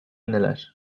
neler